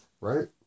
Right